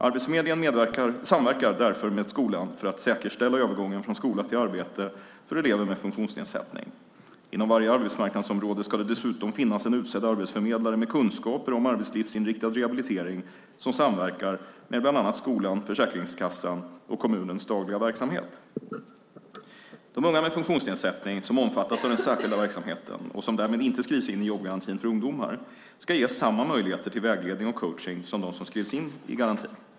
Arbetsförmedlingen samverkar därför med skolan för att säkerställa övergången från skola till arbete för elever med funktionsnedsättning. Inom varje arbetsmarknadsområde ska det dessutom finnas en utsedd arbetsförmedlare med kunskaper om arbetslivsinriktad rehabilitering som samverkar med bland annat skolan, Försäkringskassan och kommunens dagliga verksamhet. De unga med funktionsnedsättning som omfattas av den särskilda verksamheten och som därmed inte skrivs in i jobbgarantin för ungdomar ska ges samma möjligheter till vägledning och coachning som de som skrivs in i garantin.